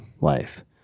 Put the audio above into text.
life